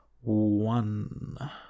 one